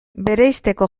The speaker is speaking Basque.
bereizteko